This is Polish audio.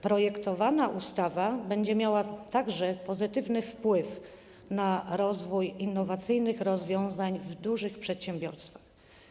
Projektowana ustawa będzie miała także pozytywny wpływ na rozwój innowacyjnych rozwiązań w dużych przedsiębiorstwach.